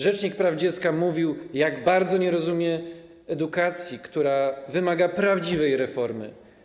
Rzecznik praw dziecka mówił, jak bardzo nie rozumie edukacji, która wymaga prawdziwej reformy.